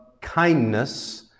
kindness